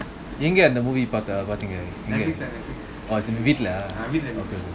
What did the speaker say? எங்கஅந்த:enga andha movie பார்த்தபார்த்தீங்க:partha partheenga lah okay okay